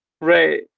right